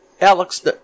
Alex